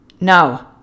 No